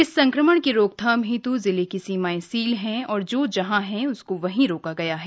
इस संक्रमण की रोकथाम हेतु जिले की सीमाएं सील है और जो जहाँ है उसको वहीं रोका गया है